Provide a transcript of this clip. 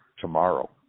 tomorrow